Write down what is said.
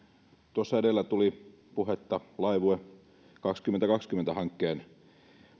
tuossa edellä tuli puhetta laivue kaksituhattakaksikymmentä hankkeen